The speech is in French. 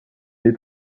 est